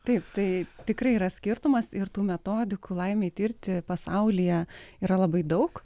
taip tai tikrai yra skirtumas ir tų metodikų laimei tirti pasaulyje yra labai daug